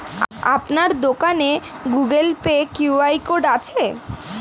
আপনার দোকানে Google Pay QR code আছে?